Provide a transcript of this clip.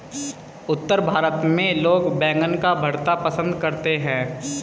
उत्तर भारत में लोग बैंगन का भरता पंसद करते हैं